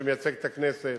שמייצג את הכנסת,